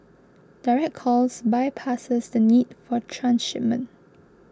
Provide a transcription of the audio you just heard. direct calls bypasses the need for transshipment